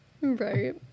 right